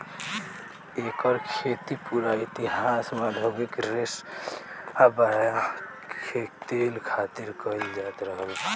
एकर खेती पूरा इतिहास में औधोगिक रेशा बीया के तेल खातिर कईल जात रहल बा